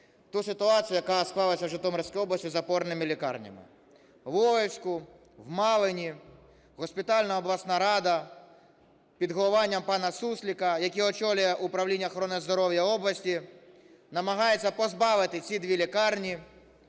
ту ситуацію, яка склалася в Житомирській області з опорними лікарнями в Олевську, в Малині. Госпітальна обласна рада під головування пана Суслика, який очолює управління охорони здоров'я області, намагається позбавити ці дві лікарні